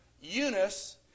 Eunice